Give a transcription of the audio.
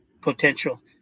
potential